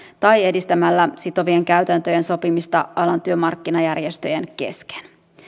tai edistämällä sitovien käytäntöjen sopimista alan työmarkkinajärjestöjen kesken